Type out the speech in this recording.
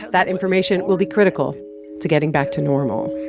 that information will be critical to getting back to normal